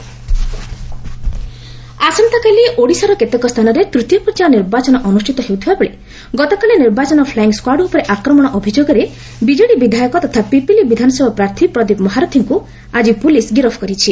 ପ୍ରଦୀପ୍ ମହାରଥୀ ଆସନ୍ତାକାଲି ଓଡ଼ିଶାର କେତେକ ସ୍ଥାନରେ ତୂତୀୟ ପର୍ଯ୍ୟାୟ ନିର୍ବାଚନ ଅନୁଷ୍ଠିତ ହେଉଥିବାବେଳେ ଗତକାଲି ନିର୍ବାଚନ ଫ୍ଲାଇଙ୍ଗ୍ ସ୍କ୍ୱାଡ଼୍ ଉପରେ ଆକ୍ରମଣ ଅଭିଯୋଗରେ ବିଜେଡି ବିଧାୟକ ତଥା ପିପିଲି ବିଧାନସଭା ପ୍ରାର୍ଥୀ ପ୍ରଦୀପ୍ ମହାରଥୀଙ୍କୁ ଆଜି ପୁଲିସ୍ ଗିରଫ କରିଛି